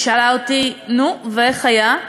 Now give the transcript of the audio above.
היא שאלה אותי: נו, ואיך היה?